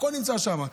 הכול נמצא שם.